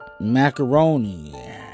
macaroni